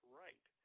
right